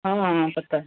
हाँ मैम पता है